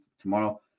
tomorrow